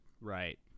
Right